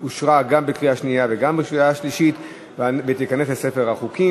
אושרה גם בקריאה השנייה וגם בקריאה השלישית ותיכנס לספר החוקים.